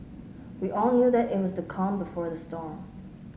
we all knew that it was the calm before the storm